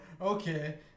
Okay